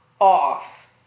off